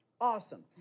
awesome